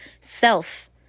self